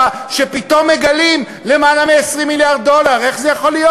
ופתאום מגלים יותר מ-20 מיליארד שקל?